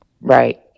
Right